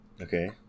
Okay